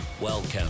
Welcome